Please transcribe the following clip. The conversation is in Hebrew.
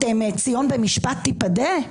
"ציון במשפט תיפדה"?